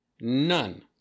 None